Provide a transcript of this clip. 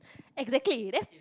exactly that's